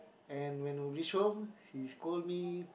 and when reach home he scold me